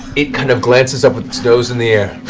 it kind of glances up with its nose in the air